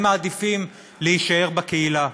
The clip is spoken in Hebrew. הם מעדיפים להישאר בקהילה,